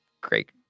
great